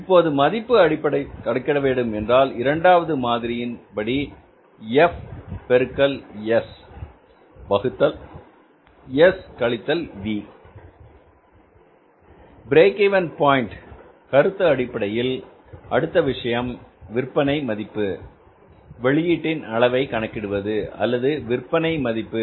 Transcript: இப்போது மதிப்பு அடிப்படையில் கணக்கிட வேண்டும் என்றால் இரண்டாவது மாதிரியின் படி எஃப் பெருக்கல் எஸ் வகுத்தல் எஸ் கழித்தல் வி பிரேக் இவென் பாயின்ட் கருத்து அடிப்படையில் அடுத்த விஷயம் விற்பனை மதிப்பு வெளியீட்டின் அளவை கணக்கிடுவது அல்லது விற்பனை மதிப்பு